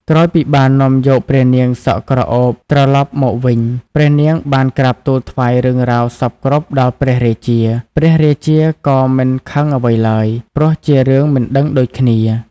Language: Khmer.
ក្រោយពីបាននាំយកព្រះនាងសក់ក្រអូបត្រឡប់មកវិញព្រះនាងបានក្រាបទូលថ្វាយរឿងរ៉ាវសព្វគ្រប់ដល់ព្រះរាជា ព្រះរាជាក៏មិនខឹងអ្វីឡើយព្រោះជារឿងមិនដឹងដូចគ្នា។